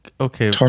Okay